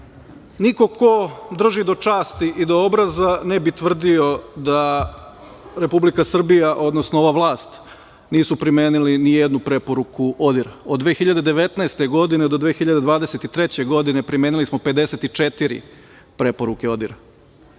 ko drži do časti i do obraza ne bi tvrdio da Republika Srbija, odnosno ova vlast nisu primenili nijednu preporuku ODIHR-a, od 2019. godine do 2023. godine primenili smo 54 preporuke ODIHR-a.